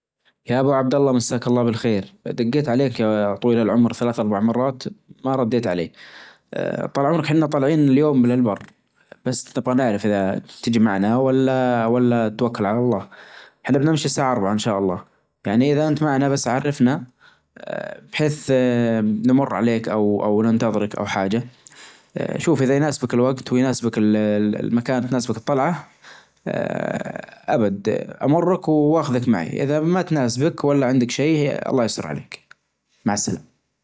أحب الأطعمة المالحة، أحب المخللات أحب ال الثومية، ما أحب الأطعمة الحلوة لأنه أحس تخلى كدا الطعم في فمك أحس المالح أفضل يعنى، خاصة أنو المالح إذا شربتله موية خلاص يروح طعمه، أما الحلو يبجى طعمه فترة طويلة يعنى ما إذا شخص ما تفضل الأطعمة الحالية تبتليش فيها طول ال-طول اليوم.